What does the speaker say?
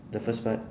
the first part